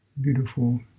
Beautiful